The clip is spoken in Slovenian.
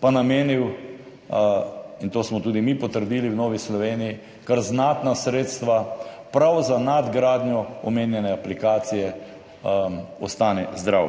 pa namenil, in to smo tudi mi v Novi Sloveniji potrdili, kar znatna sredstva prav za nadgradnjo omenjene aplikacije Ostani zdrav.